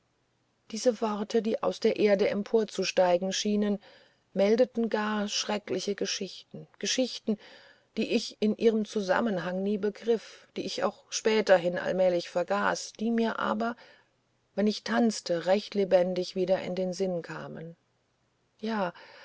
diese worte die aus der erde hervorzusteigen schienen meldeten gar schreckliche geschichten geschichten die ich in ihrem zusammenhang nie begriff die ich auch späterhin allmählich vergaß die mir aber wenn ich tanzte recht lebendig wieder in den sinn kamen ja